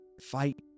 fight